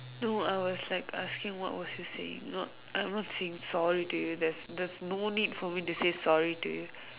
no I was like asking what was you saying not I am not saying sorry to you there is there is no need for me to say sorry to you